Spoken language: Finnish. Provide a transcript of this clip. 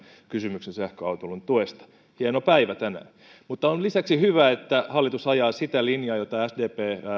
kysymyksen sähköautoilun tuesta hieno päivä tänään mutta lisäksi on hyvä että hallitus ajaa sitä linjaa jota sdp